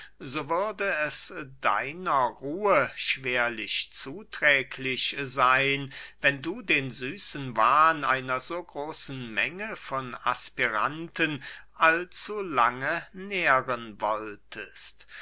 so würde es deiner ruhe schwerlich zuträglich seyn wenn du den süßen wahn einer so großen menge von aspiranten allzu lange nähren wolltest